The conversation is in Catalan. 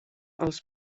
als